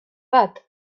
bat